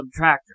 subtractor